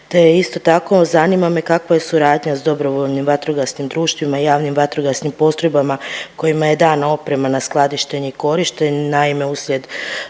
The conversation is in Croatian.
isto tako, zanima me kakva je suradnja s dobrovoljnim vatrogasnim društvima i javnim vatrogasnim postrojbama kojima je dana oprema na skladištenje i korištenje. Naime, uslijed